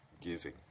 giving